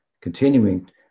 continuing